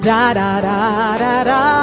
Da-da-da-da-da